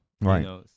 Right